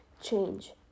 change